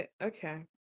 Okay